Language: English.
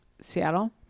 Seattle